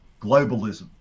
globalism